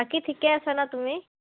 বাকী ঠিকে তুমি